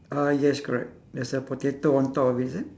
uh yes correct there's a potato on top of is it